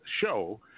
show